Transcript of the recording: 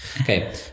Okay